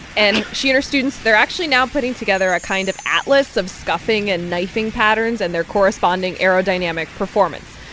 and she and her students, they're actually now putting together a kind of atlas of scuffing and knifing patterns and their corresponding aerodynamic performance.